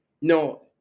no